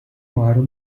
marių